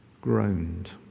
Groaned